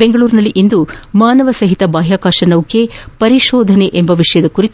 ಬೆಂಗಳೂರಿನಲ್ಲಿಂದು ಮಾನವಸಹಿತ ಬಾಹ್ಲಾಕಾಶ ನೌಕೆ ಪರಿಶೋಧನೆ ಎಂಬ ವಿಷಯದ ಕುರಿತ